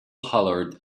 hollered